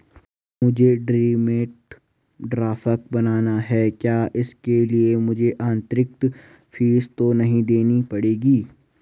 मुझे demand draft बनाना है क्या इसके लिए मुझे अतिरिक्त फीस तो नहीं देनी पड़ेगी?